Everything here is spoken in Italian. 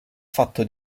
fatto